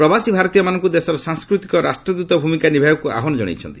ପ୍ରବାସୀ ଭାରତୀୟମାନଙ୍କୁ ଦେଶର ସାଂସ୍କୃତିକ ରାଷ୍ଟ୍ରଦୃତ ଭୂମିକା ନିଭାଇବାକୁ ଆହ୍ୱାନ ଜଣାଇଛନ୍ତି